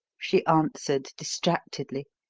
she answered, distractedly.